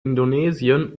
indonesien